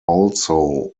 also